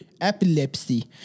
epilepsy